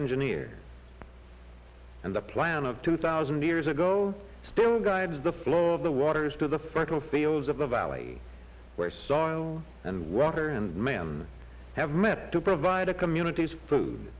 engineer and the plan of two thousand years ago still guides the flow of the waters to the fertile fields of the valley where song and water and man have met to provide a community's food